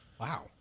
Wow